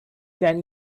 then